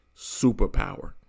superpower